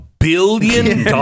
Billion